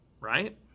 right